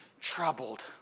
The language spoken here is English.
troubled